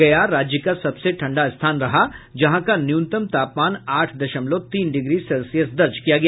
गया राज्य का सबसे ठंडा स्थान रहा जहां का न्यूनतम तापमान आठ दशमलव तीन डिग्री सेल्सियस दर्ज किया गया